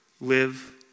live